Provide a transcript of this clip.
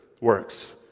works